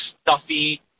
stuffy